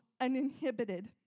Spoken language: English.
uninhibited